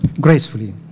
gracefully